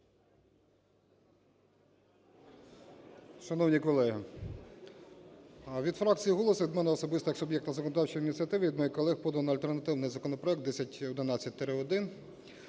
Шановні колеги! Від фракції "Голос" і від мене особисто, як суб'єкта законодавчої ініціативи і моїх колег поданий альтернативний законопроект 1011-1,